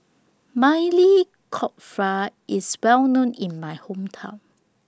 Maili Kofta IS Well known in My Hometown